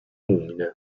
umide